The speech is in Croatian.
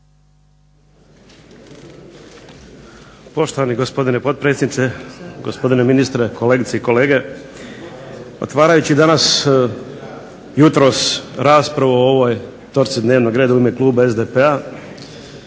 Poštovani gospodine potpredsjedniče, gospodine ministre, kolegice i kolege. Otvarajući danas jutros raspravu o ovoj točci dnevnog reda u ime kluba SDP-a